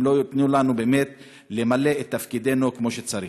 אם לא ייתנו לנו באמת למלא את תפקידנו כמו שצריך.